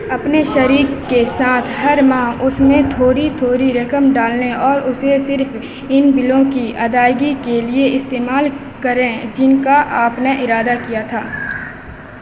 اپنے شریک کے ساتھ ہر ماہ اس میں تھوڑی تھوڑی رقم ڈالیں اور اسے صرف ان بلوں کی ادائیگی کے لیے استعمال کریں جن کا آپ نے ارادہ کیا تھا